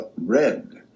Red